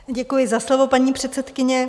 Děkuji za slovo, paní předsedkyně.